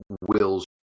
Wills